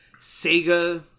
Sega